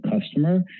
customer